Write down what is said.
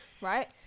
right